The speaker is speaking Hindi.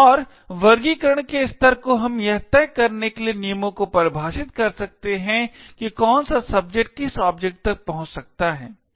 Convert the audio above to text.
और वर्गीकरण के स्तर को हम यह तय करने के लिए नियमों को परिभाषित कर सकते हैं कि कौन सा सब्जेक्ट किस ऑब्जेक्ट तक पहुंच सकता है